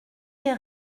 lès